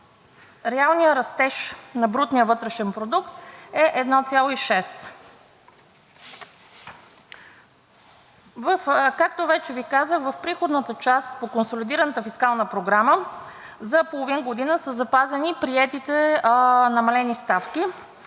Реалният растеж на брутния вътрешен продукт е 1,6. Както вече Ви казах, в приходната част по консолидираната фискална програма за половин година са запазени приетите намалени ставки